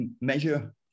measure